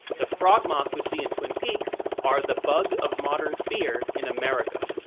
the frogmoths we see in twin peaks are the bug of modern fear in america.